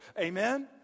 Amen